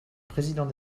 président